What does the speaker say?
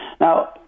Now